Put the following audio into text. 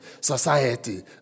society